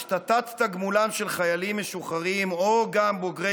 השתתת תגמולם של חיילים משוחררים או גם בוגרי